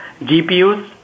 GPUs